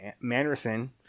Manderson